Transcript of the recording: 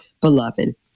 beloved